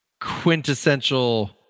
quintessential